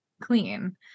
clean